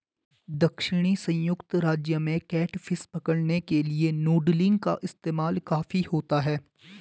दक्षिणी संयुक्त राज्य में कैटफिश पकड़ने के लिए नूडलिंग का इस्तेमाल काफी होता है